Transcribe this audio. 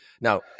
now